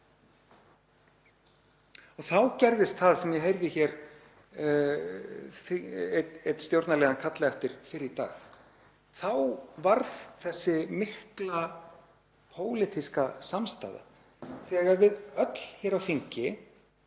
Þá gerðist það sem ég heyrði hér einn stjórnarliða kalla eftir fyrr í dag. Þá varð þessi mikla pólitíska samstaða þegar við öll hér á þingi